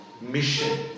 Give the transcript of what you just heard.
mission